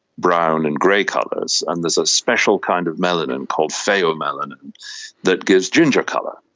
brown and grey colours, and there's a special kind of melanin called pheomelanin that gives ginger colour,